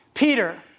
Peter